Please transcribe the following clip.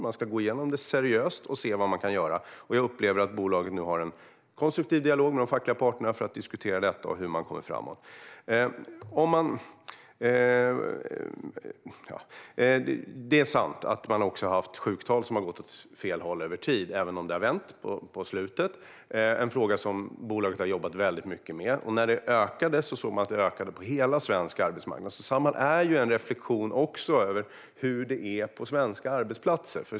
Man ska gå igenom den seriöst och se vad man kan göra, och jag upplever att bolaget nu har en konstruktiv dialog med de fackliga parterna för att diskutera detta och se hur man kan komma framåt. Det är sant att man också har haft sjuktal som har gått åt fel håll över tid, även om det har vänt på slutet. Det är en fråga som bolaget har jobbat mycket med. När det ökade såg man att det ökade på hela den svenska arbetsmarknaden, så Samhall är även en reflektion av hur det är på svenska arbetsplatser.